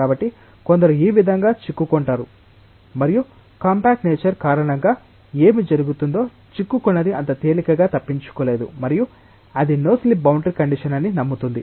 కాబట్టి కొందరు ఈ విధంగా చిక్కుకుంటారు మరియు కాంపాక్ట్ నేచర్ కారణంగా ఏమి జరుగుతుందో చిక్కుకున్నది అంత తేలికగా తప్పించుకోలేము మరియు అది నో స్లిప్ బౌండరీ కండిషన్ అని నమ్ముతుంది